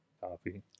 coffee